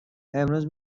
امروز